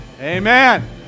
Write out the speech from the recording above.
amen